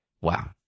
wow